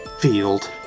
field